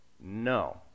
No